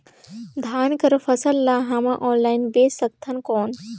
धान कर फसल ल हमन ऑनलाइन बेच सकथन कौन?